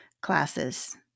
classes